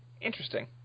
Interesting